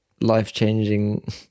life-changing